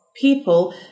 people